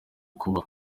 kuba